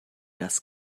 das